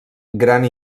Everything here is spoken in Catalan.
gran